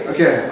Okay